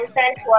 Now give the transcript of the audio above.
Thanks